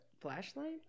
flashlight